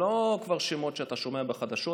זה כבר לא שמות שאתה שומע בחדשות,